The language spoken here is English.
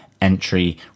entry